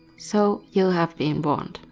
so, you have been warned.